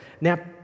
Now